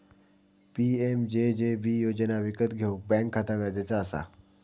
PMJJB योजना विकत घेऊक बॅन्क खाता गरजेचा असा